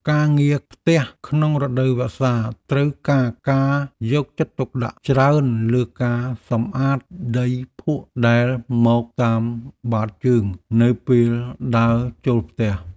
ការងារផ្ទះក្នុងរដូវវស្សាត្រូវការការយកចិត្តទុកដាក់ច្រើនលើការសម្អាតដីភក់ដែលមកតាមបាតជើងនៅពេលដើរចូលផ្ទះ។